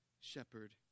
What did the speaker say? shepherd